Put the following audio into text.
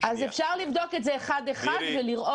אפשר לבדוק את זה אחד-אחד ולראות את זה.